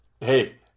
Hey